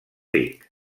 ric